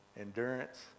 endurance